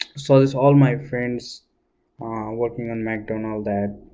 so this all my friends working on macdonalds that